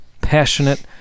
passionate